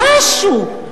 משהו.